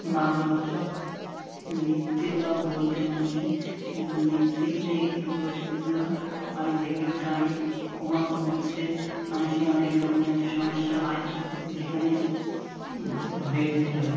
বাংলা ভাষা লিখতে বা বলতে মানুষ লিখতে গেলে একটু অসুবিধা হয় যেগুলো দাঁড়ি কোমা অনুচ্ছেদের মানুষেরও অনেক রকমের সমস্যা হয় যেখানে ভুল হয়ে যেতে পারে